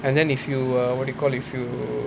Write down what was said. and then if you uh what do you call if you